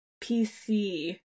PC